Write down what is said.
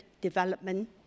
development